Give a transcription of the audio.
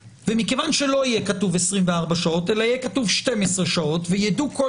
ומכיוון שלא יהיה כתוב 24 שעות אלא יהיה כתוב 12 שעת ויידעו כל